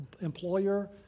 employer